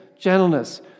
Gentleness